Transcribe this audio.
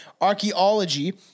archaeology